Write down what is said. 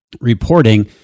reporting